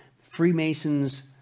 Freemasons